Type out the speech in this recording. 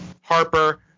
Harper